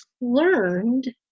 learned